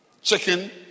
Chicken